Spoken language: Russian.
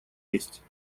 есть